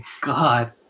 God